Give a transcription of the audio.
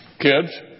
Kids